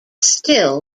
still